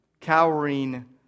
cowering